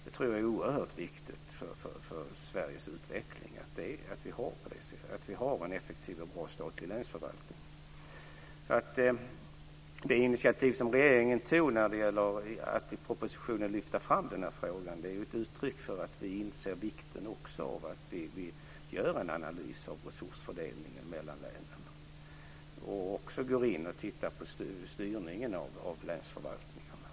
Jag tror det är oerhört viktigt för Sveriges utveckling att vi har en effektiv och bra statlig länsförvaltning. Det initiativ som regeringen tog när det gäller att i propositionen lyfta fram den här frågan är ju ett uttryck för att vi inser vikten av att vi gör en analys av resursfördelningen mellan länen och också går in och tittar på styrningen av länsförvaltningarna.